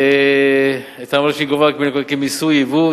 כמסי יבוא,